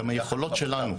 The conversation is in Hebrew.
גם היכולות שלנו,